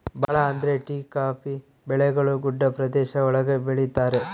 ಭಾಳ ಅಂದ್ರೆ tea coffee ಬೆಳೆಗಳು ಗುಡ್ಡ ಪ್ರದೇಶ ಒಳಗ ಬೆಳಿತರೆ